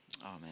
Amen